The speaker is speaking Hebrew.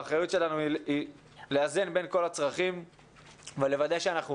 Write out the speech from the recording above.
האחריות שלנו היא לאזן בין כל הצרכים ולוודא שאנחנו